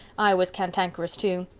i was cantankerous too.